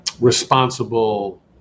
responsible